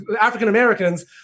African-Americans